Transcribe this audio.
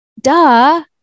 duh